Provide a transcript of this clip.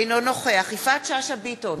אינו נוכח יפעת שאשא ביטון,